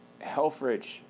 Helfrich